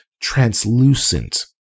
translucent